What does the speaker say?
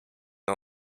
and